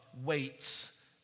waits